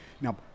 Now